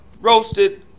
roasted